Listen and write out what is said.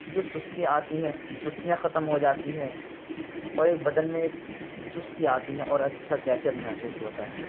جو سستی آتی ہے سستیاں ختم ہو جاتی ہیں اورایک بدن میں ایک چستی آتی ہے اور اچّھا كیفیت محسوس ہوتا ہے